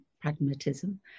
pragmatism